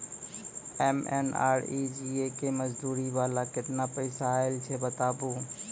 MNREGA के मज़दूरी वाला केतना पैसा आयल छै बताबू?